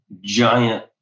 giant